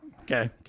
Okay